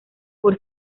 por